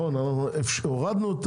הורדנו את